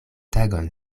tagon